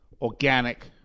organic